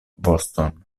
voston